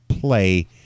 play